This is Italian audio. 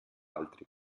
altri